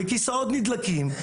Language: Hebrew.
וכסאות נדלקים,